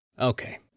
Okay